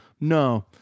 no